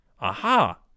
Aha